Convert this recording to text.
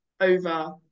over